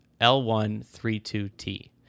L132T